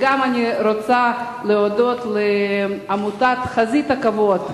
אני רוצה גם להודות לעמותת "חזית הכבוד",